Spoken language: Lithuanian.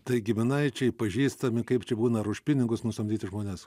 tai giminaičiai pažįstami kaip čia būna ar už pinigus nusamdyti žmonės